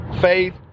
faith